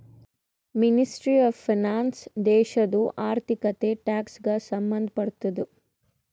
ministry of finance ದೇಶದು ಆರ್ಥಿಕತೆ, tax ಗ ಸಂಭಂದ್ ಪಡ್ತುದ